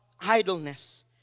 idleness